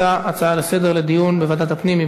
ההצעות לסדר-היום לדיון בוועדת הפנים.